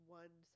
one